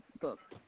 book